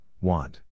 want